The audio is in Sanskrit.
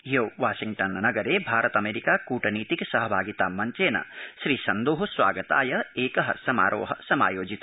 ह्यो वाशिंगटन नगरे भारतामेरिका कटनीतिक सहभागिता मब्वेन श्रीसन्यो स्वागताय एक समारोह समायोजित